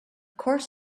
course